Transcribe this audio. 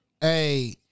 Hey